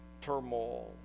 turmoil